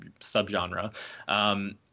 subgenre